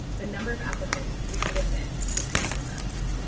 the number of applicants we could admit depends on us.